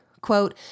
Quote